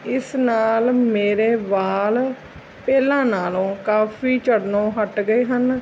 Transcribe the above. ਇਸ ਨਾਲ ਮੇਰੇ ਵਾਲ ਪਹਿਲਾਂ ਨਾਲੋਂ ਕਾਫੀ ਝੜਨੋਂ ਹਟ ਗਏ ਹਨ